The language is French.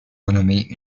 renommées